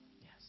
Yes